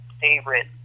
favorite